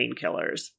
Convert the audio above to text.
painkillers